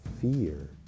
fear